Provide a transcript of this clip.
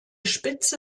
spitze